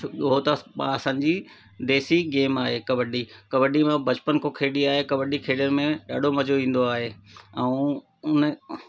हो त असांजी देसी गेम आहे कबडी कबडी मां बचपन खां खेॾी आहे कबडी खेॾण में ॾाढो मज़ो ईंदो आहे ऐं उन